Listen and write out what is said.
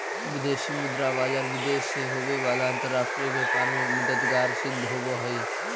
विदेशी मुद्रा बाजार विदेश से होवे वाला अंतरराष्ट्रीय व्यापार में मददगार सिद्ध होवऽ हइ